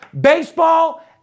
baseball